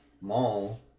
mall